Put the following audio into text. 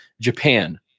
Japan